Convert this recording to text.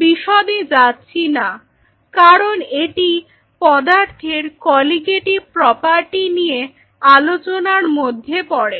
বিশদে যাচ্ছি না কারণ এটি পদার্থের কলিগেটিভ প্রপার্টি নিয়ে আলোচনার মধ্যে পড়ে